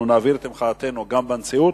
אנחנו נעביר את מחאתנו גם בנשיאות,